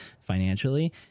financially